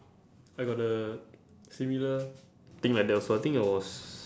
I got uh similar thing like that also I think I was